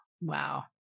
Wow